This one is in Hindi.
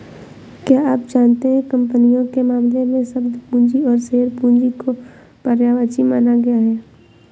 क्या आप जानते है कंपनियों के मामले में, शब्द पूंजी और शेयर पूंजी को पर्यायवाची माना गया है?